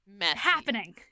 happening